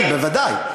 התנים, בוודאי.